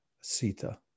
Sita